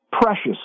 precious